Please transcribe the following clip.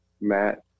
matt